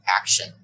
action